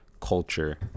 culture